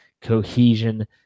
cohesion